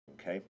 okay